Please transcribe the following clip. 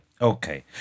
Okay